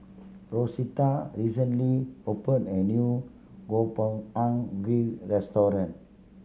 Rosetta recently opened a new Gobchang Gui Restaurant